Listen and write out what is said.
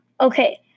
Okay